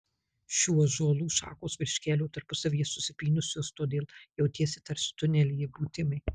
šių ąžuolų šakos virš kelio tarpusavyje susipynusios todėl jautiesi tarsi tunelyje būtumei